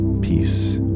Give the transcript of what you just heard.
peace